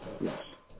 yes